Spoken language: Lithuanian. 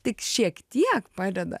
tik šiek tiek padeda